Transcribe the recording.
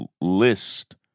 list